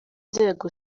nzego